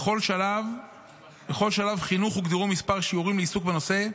בכל שלב חינוך הוגדרו מספר שיעורים לעיסוק בנושא,